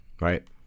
Right